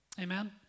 Amen